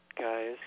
guys